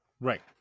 Right